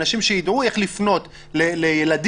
אנשים שידעו איך לפנות לילדים.